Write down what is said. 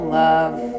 love